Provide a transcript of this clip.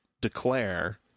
declare